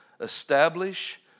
establish